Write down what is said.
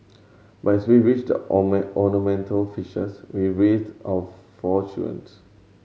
but as we raise the ornamental fishes we raised our four children